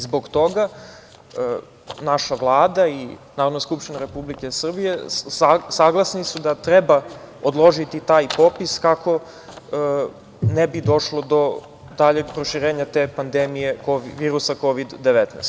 Zbog toga naša Vlada i Narodna skupština Republike Srbije saglasni su da treba odložiti taj popis kako ne bi došlo do daljeg proširenja pandemije virusa Kovid-19.